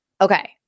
Okay